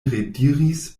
rediris